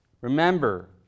Remember